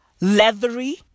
leathery